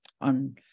on